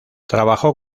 trabajó